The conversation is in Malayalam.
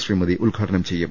ശ്രീമതി ഉദ്ഘാ ടനം ചെയ്യും